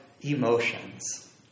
emotions